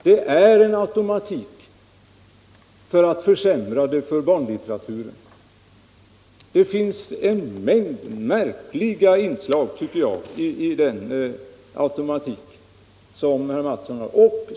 Det är en automatik för att försämra det för barnlitteraturen. Det finns en mängd märkliga inslag i den automatik som herr Mattsson förespråkar.